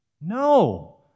No